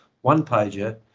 one-pager